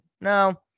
no